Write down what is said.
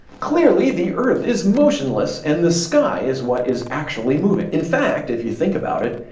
clearly, the earth is motionless, and the sky is what is actually moving. in fact, if you think about it,